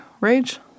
rage